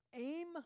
aim